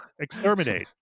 exterminate